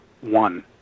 one